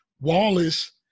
Wallace